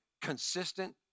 consistent